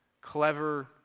clever